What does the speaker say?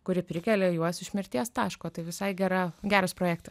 kuri prikelia juos iš mirties taško tai visai gera geras projektas